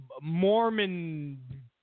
Mormon